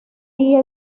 día